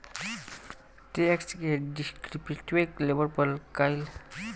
tax के descriptive label पर कई भाग में बॉटल गईल बा